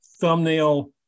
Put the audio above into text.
thumbnail